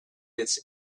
its